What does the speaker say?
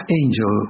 angel